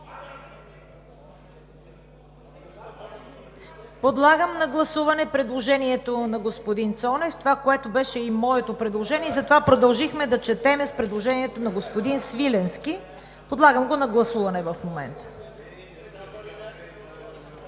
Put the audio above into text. Подлагам на гласуване предложението на господин Цонев – това, което беше и моето предложение, и затова продължихме да четем с предложението на господин Свиленски. Подлагам го на гласуване в момента.